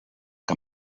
que